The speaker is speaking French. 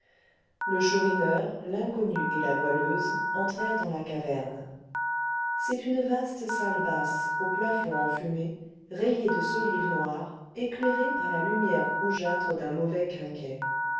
le chourineur l'inconnu et la goualeuse entrèrent dans la taverne c'est une vaste salle basse au plafond enfumé rayé de solives noires éclairée par la lumière rougeâtre d'un mauvais quinquet